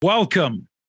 Welcome